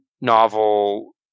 novel